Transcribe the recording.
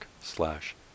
slash